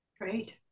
Great